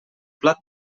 plat